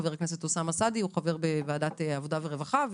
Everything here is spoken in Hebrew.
חבר הכנסת אוסאמה סעדי הוא חבר בוועדת העבודה והרווחה,